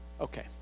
Okay